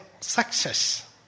success